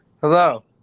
Hello